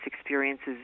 experiences